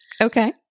Okay